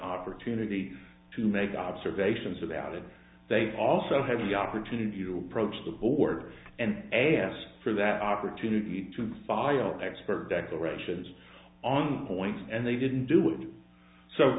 opportunity to make observations about it they also had the opportunity to approach the board and a s for that opportunity to file expert declarations on points and they didn't do